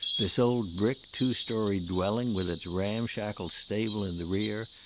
this old brick two-story dwelling, with its ramshackle stable in the rear,